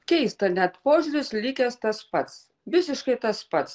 keista net požiūris likęs tas pats visiškai tas pats